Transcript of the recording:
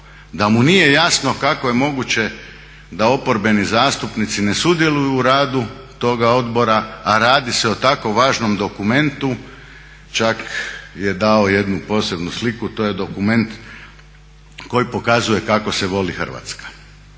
da mu nije jasno kako je moguće da oporbeni zastupnici ne sudjeluju u radu toga odbora, a radi se o tako važnom dokumentu čak je dao jednu posebnu sliku, to je dokument koji pokazuje kako se voli Hrvatska.